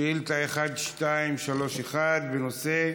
שאילתה מס' 1231, בנושא: